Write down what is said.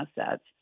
assets